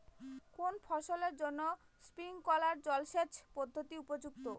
কোন ফসলের জন্য স্প্রিংকলার জলসেচ পদ্ধতি উপযুক্ত?